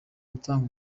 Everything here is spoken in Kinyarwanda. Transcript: gutanga